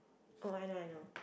oh I know I know